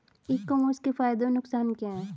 E commerce के फायदे और नुकसान क्या हैं?